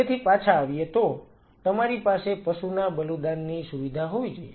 તેથી પાછા આવીએ તો તમારી પાસે પશુના બલિદાનની સુવિધા હોવી જોઈએ